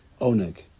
Oneg